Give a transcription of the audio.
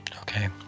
Okay